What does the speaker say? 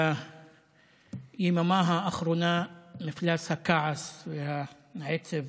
ביממה האחרונה מפלס הכעס והעצב